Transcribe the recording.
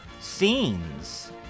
scenes